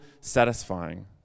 satisfying